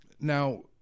Now